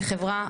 כחברה.